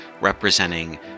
representing